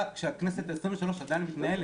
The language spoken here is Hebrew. כשהכנסת העשרים-ושלוש עדיין מתנהלת,